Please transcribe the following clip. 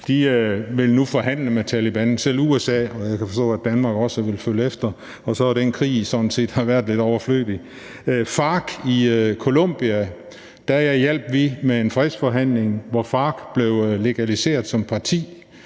nu forhandle med Taliban, selv USA, og jeg kan forstå, at Danmark også vil følge efter, og så har den krig sådan set været lidt overflødig. I forhold til FARC i Colombia hjalp vi med en fredsforhandling, hvor FARC blev legaliseret som parti,